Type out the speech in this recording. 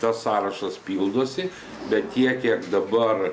tas sąrašas pildosi bet tiek kiek dabar